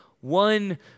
one